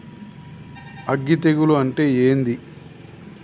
అగ్గి తెగులు అంటే ఏంది?